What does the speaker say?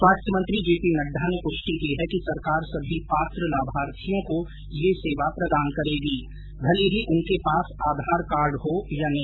स्वास्थ्य मंत्री J P Nadda ने पुष्टि की है कि सरकार सभी पात्र लाभार्थियों को ये सेवा प्रदान करेगी भले ही उनके पास आधार कार्ड हो या नहीं